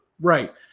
right